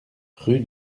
rue